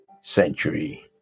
century